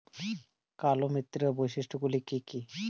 কালো মৃত্তিকার বৈশিষ্ট্য গুলি কি কি?